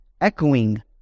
echoing